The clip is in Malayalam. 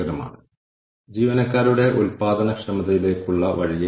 അതിനാൽ നമ്മളുടെ ജീവനക്കാരിൽ നിന്ന് നമ്മളുടെ പ്രതീക്ഷകൾ സജ്ജമാക്കാൻ ഇത് സഹായിക്കുന്നു